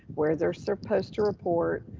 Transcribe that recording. where they're supposed to report,